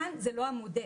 כאן זה לא המודל.